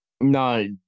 No